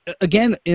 again